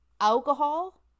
alcohol